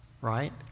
right